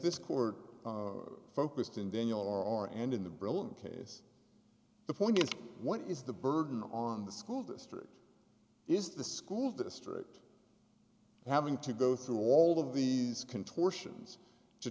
this court focused in daniel r r and in the brill case the point is what is the burden on the school district is the school district having to go through all of these contortions to